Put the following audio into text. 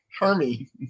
Hermy